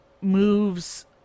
moves